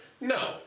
No